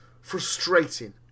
frustrating